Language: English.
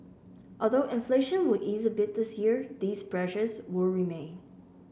although inflation will ease a bit this year these pressures will remain